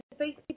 Facebook